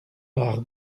par